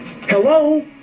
Hello